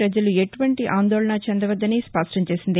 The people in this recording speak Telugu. ప్రజలు ఎటువంటి ఆందోళన చెందవద్దని స్పష్టం చేసింది